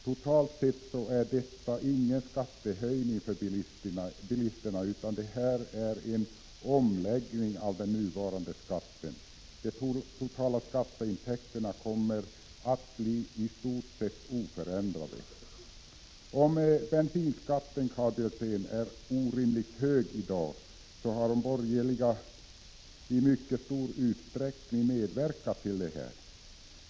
Totalt sett är detta ingen skattehöjning för bilisterna utan en omläggning av den nuvarande skatten. De totala skatteintäkterna kommer att bli i stort sett oförändrade. Om bensinskatten är orimligt hög i dag, Karl Björzén, så har de borgerliga i mycket stor utsträckning medverkat till det.